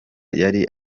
yari